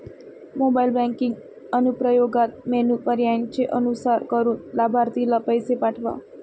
mobile banking अनुप्रयोगात menu पर्यायांचे अनुसरण करून लाभार्थीला पैसे पाठवा